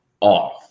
off